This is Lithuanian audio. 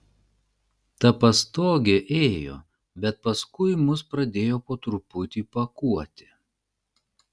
ta pastogė ėjo bet paskui mus pradėjo po truputį pakuoti